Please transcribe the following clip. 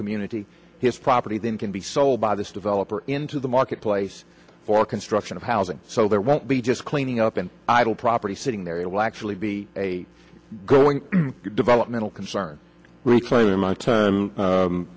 community his property then can be sold by this developer into the marketplace for construction of housing so there won't be just cleaning up and idle property sitting there it will actually be a growing developmental concern reclaiming my time